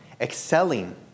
excelling